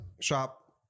shop